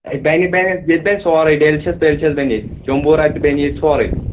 اَتہِ بَنہِ بَنہِ ییٚتہِ بَنہِ سورُے ڈیلشَش ڈیلشَش بَنہِ ییٚتہِ جَمبوٗرا تہِ بَنہِ ییٚتہِ سورُے